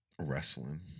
Wrestling